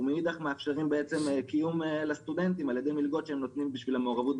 ומאידך מאפשרים קיום לסטודנטים באמצעות המלגות --- יורי,